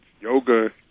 yoga